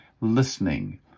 listening